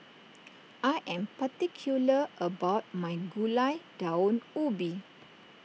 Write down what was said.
I am particular about my Gulai Daun Ubi